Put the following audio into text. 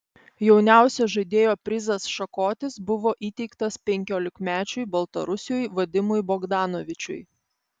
jauniausio žaidėjo prizas šakotis buvo įteiktas penkiolikmečiui baltarusiui vadimui bogdanovičiui